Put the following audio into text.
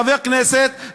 חבר כנסת,